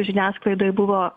žiniasklaidoj buvo